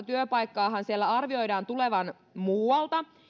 työpaikkaahan siellä arvioidaan tulevan muualta